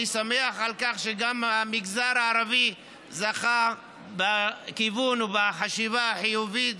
אני שמח שגם המגזר הערבי זכה בכיוון ובחשיבה החיובית,